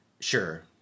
Sure